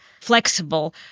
flexible